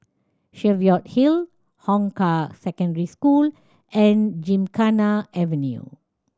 Cheviot Hill Hong Kah Secondary School and Gymkhana Avenue